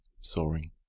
soaring